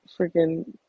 freaking